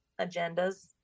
agendas